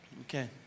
Okay